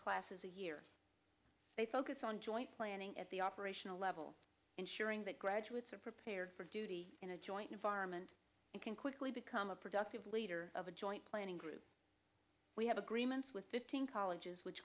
classes a year they focus on joint planning at the operational level ensuring that graduates are prepared for duty in a joint environment and can quickly become a productive leader of a joint planning group we have agreements with fifteen colleges which